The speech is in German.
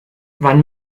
wann